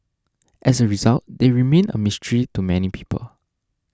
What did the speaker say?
as a result they remain a mystery to many people